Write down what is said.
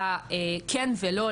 לכן ולא,